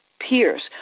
peers